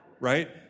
right